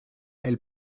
elle